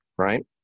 right